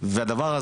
הבסיסיים והנכונים,